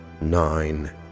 nine